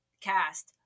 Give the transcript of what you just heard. cast